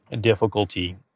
difficulty